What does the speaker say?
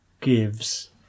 gives